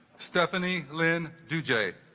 stephanie lynn do jade